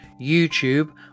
youtube